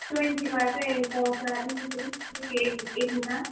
ट्वेन्टीमा चाहिँ पाउँछ अलिकति एक एकमुठा